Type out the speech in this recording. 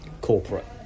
corporate